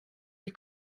bir